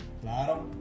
Claro